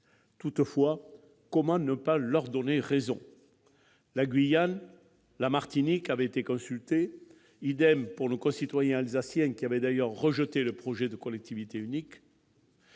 départements. Comment ne pas leur donner raison ? La Guyane et la Martinique avaient été consultées, tout comme nos concitoyens alsaciens, qui avaient d'ailleurs rejeté le projet de collectivité unique.